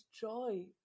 joy